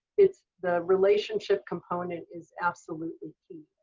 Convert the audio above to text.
it's the relationship component is absolutely key.